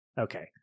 okay